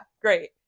great